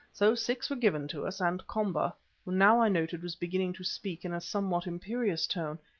so six were given to us, and komba, who now i noted was beginning to speak in a somewhat imperious tone,